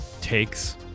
takes